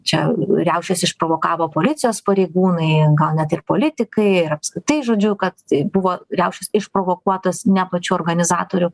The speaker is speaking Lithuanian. čia riaušes išprovokavo policijos pareigūnai gal net ir politikai ir apskritai žodžiu kad tai buvo riaušės išprovokuotos ne pačių organizatorių